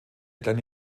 kleine